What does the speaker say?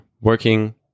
working